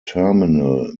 terminal